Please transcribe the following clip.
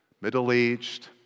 middle-aged